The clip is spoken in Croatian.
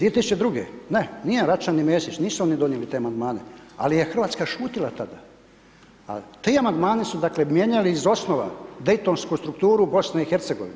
2002. ne, nije ni Račan ni Mesić, nisu oni donijeli te amandmane, ali je Hrvatska šutjela tada, ali ti amandmani su dakle, mijenjali iz osnova Dejtonskog strukturu BIH.